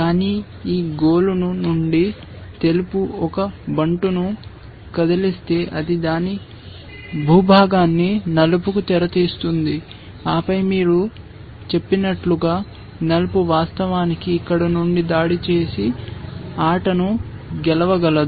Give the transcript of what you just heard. కానీ ఈ గొలుసు నుండి తెలుపు ఒక బంటును కదిలిస్తే అది దాని భూభాగాన్ని నలుపుకు తెరుస్తుంది ఆపై మీరు చెప్పినట్లుగా నలుపు వాస్తవానికి ఇక్కడ నుండి దాడి చేసి ఆటను గెలవగలదు